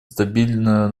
стабильно